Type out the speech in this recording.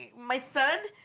my son?